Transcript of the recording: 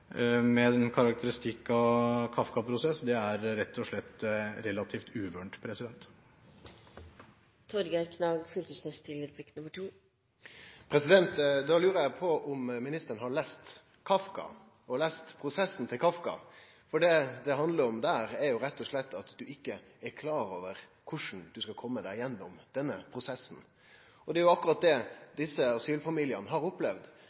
med en karakteristikk av at det er en Kafka-prosess, er rett og slett relativt uvørent. Då lurer eg på om ministeren har lese Kafka og «Prosessen», for det det handlar om der, er rett og slett at ein ikkje er klar over korleis ein skal kome seg gjennom denne prosessen. Og det er akkurat det desse asylfamiliane har opplevd: